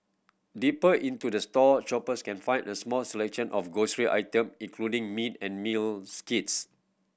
deeper into the store shoppers can find a small selection of grocery item including meat and meals kits